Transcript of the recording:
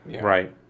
Right